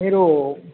మీరు